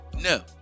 No